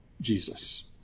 Jesus